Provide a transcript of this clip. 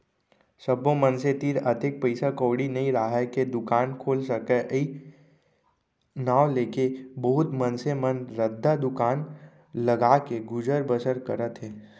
सब्बो मनसे तीर अतेक पइसा कउड़ी नइ राहय के दुकान खोल सकय अई नांव लेके बहुत मनसे मन रद्दा दुकान लगाके गुजर बसर करत हें